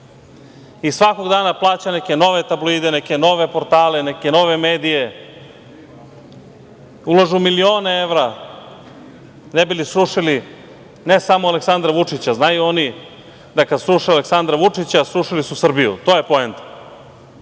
i svakog dana plaća neke nove tabloide, neke nove portale, neke nove medije, ulažu milione evra ne bi li srušili ne samo Aleksandra Vučića, jer znaju oni da kad sruše Aleksandra Vučića srušili su Srbiju, to je poenta.